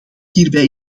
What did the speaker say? hierbij